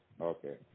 Okay